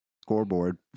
Scoreboard